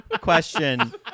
question